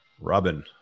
Robin